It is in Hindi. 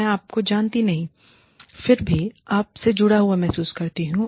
मैं आपको जानती नहीं फिर भी आप से जुड़ा हुआ महसूस करती हूं